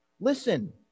Listen